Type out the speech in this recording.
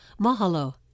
Mahalo